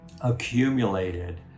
accumulated